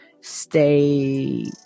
stay